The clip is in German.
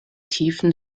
tiefen